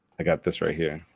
i got this right here